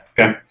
Okay